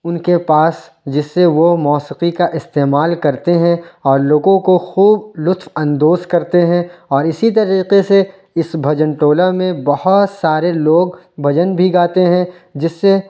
ان کے پاس جس سے وہ موسیقی کا استعمال کرتے ہیں اور لوگوں کو خوب لطف اندوز کرتے ہیں اور اسی طریقے سے اس بھجن ٹولہ میں بہت سارے لوگ بھجن بھی گاتے ہیں جس سے